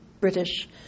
British